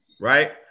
right